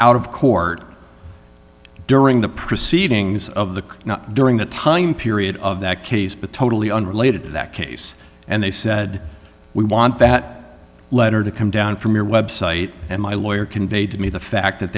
out of court during the proceedings of the during the time period of that case but totally unrelated to that case and they said we want that letter to come down from your website and my lawyer conveyed to me the fact that